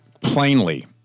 plainly